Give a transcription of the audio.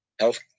health